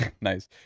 Nice